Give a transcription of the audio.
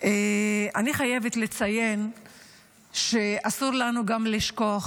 אני חייבת לציין שאסור לנו גם לשכוח